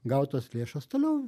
gautas lėšas toliau